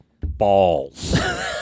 balls